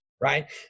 right